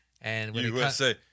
USA